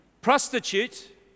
Prostitute